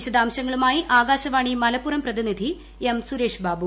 വിശദാംശങ്ങളുമായി ആകാശവാണി മലപ്പുറം പ്രതിനിധി എം സുരേഷ് ബാബു